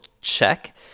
check